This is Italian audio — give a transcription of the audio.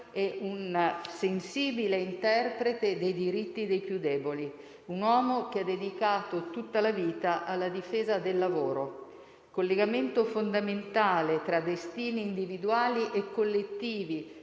e un sensibile interprete dei diritti dei più deboli, un uomo che ha dedicato tutta la vita alla difesa del lavoro, collegamento fondamentale tra destini individuali e collettivi,